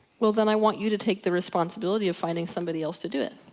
well then i want you to take the responsibility of finding somebody else to do it.